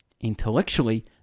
Intellectually